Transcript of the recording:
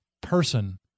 person